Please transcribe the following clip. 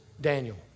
Daniel